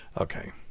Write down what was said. Okay